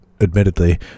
admittedly